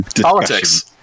politics